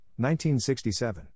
1967